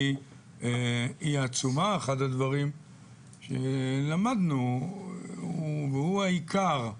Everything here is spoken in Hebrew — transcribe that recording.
אחד הדברים שלמדנו והוא העיקר,